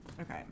Okay